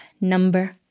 number